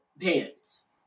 pants